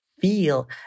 feel